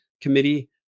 committee